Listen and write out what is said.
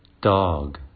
Dog